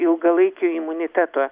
ilgalaikio imuniteto